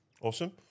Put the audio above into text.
Awesome